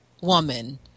woman